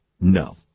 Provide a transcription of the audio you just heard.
No